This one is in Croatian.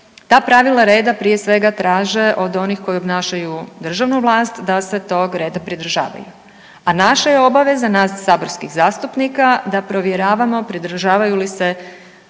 ta pravila reda prije svega traže od onih koji obnašaju državnu vlast da se tog reda pridržavaju, a naša je obaveza, nas saborskih zastupnika da provjeravamo pridržavaju li se